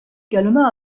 également